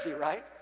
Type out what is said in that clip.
right